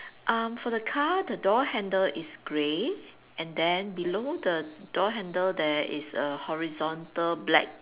um for the car the door handle is grey and then below the door handle there is a horizontal black